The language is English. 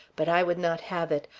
but i would not have it.